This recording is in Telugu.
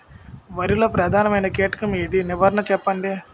వరిలో ప్రధాన కీటకం ఏది? నివారణ చెప్పండి?